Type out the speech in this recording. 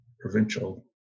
provincial